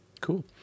Cool